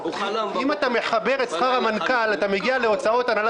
אם אתה מחבר את שכר המנכ"ל אתה מגיע להוצאות הנהלה